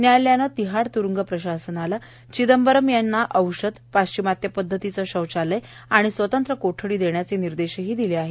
व्यायालयानं तिठाड त्रुरुंग प्रशासनाला विदंबरम यांच्या औषधी पाश्विमात्य पद्धतीचं शौचालय आणि स्वतंत्र कोळी देण्याचे विर्देशही दिले आहेत